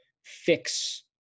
fix